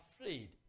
afraid